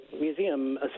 museum